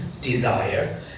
desire